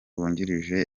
wungirije